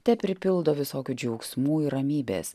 tepripildo visokių džiaugsmų ir ramybės